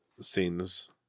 scenes